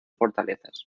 fortalezas